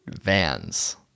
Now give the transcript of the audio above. vans